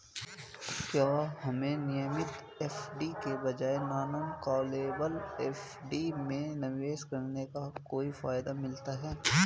क्या हमें नियमित एफ.डी के बजाय नॉन कॉलेबल एफ.डी में निवेश करने का कोई फायदा मिलता है?